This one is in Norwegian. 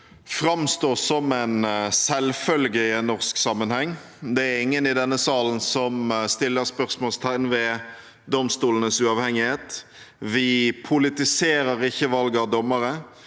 framstå som en selvfølge i en norsk sammenheng. Det er ingen i denne salen som setter spørsmålstegn ved domstolenes uavhengighet. Vi politiserer ikke valget av dommere,